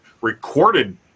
recorded